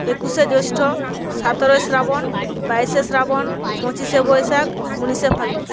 একুশে জ্যৈষ্ঠ সতেরোই শ্রাবণ বাইশে শ্রাবণ পঁচিশে বৈশাখ উনিশে ফাল্গুন